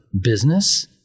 business